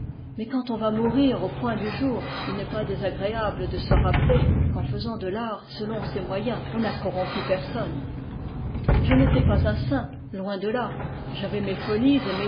mais quand on va mourir au point du jour il n'est pas désagréable de se rappeler qu'en faisant de l'art selon ses moyens on n'a corrompu personne je n'étais pas un saint loin de là j'avais mes folies